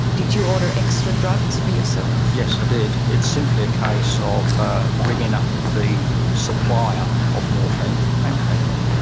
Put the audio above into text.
did you order extra drugs for yourself yes, i did. it's simply a case ah of ringing up the supplier of morphine and fentanyl,